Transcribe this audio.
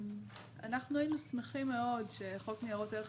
אנחנו היינו שמחים מאוד שחוק ניירות ערך